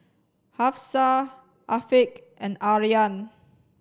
Hafsa Afiq and Aryan